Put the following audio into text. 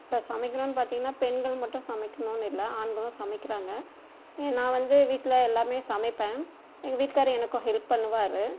இப்போ சமைக்கணுமெனு பார்த்தீங்கன்னா பெண்கள் மட்டும் சமைக்கணுமெனு இல்லை ஆண்களும் சமைக்கிறாங்க நான் வந்து வீட்டில் எல்லாமே சமைப்பேன் எங்கள் வீட்டுக்காரர் எனக்கும் ஹெல்ப் பண்ணுவார்